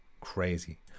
crazy